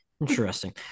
Interesting